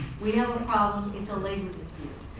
we have a problem it's a labor dispute.